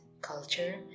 culture